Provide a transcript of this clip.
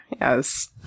Yes